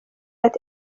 ati